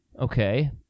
Okay